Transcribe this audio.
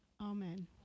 amen